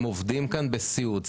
הם עובדים כאן בסיעוד.